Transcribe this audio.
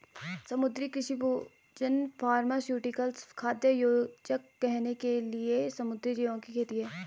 समुद्री कृषि भोजन फार्मास्यूटिकल्स, खाद्य योजक, गहने के लिए समुद्री जीवों की खेती है